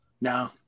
No